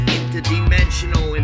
Interdimensional